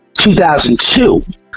2002